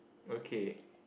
okay